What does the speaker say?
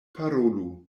parolu